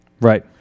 Right